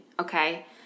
okay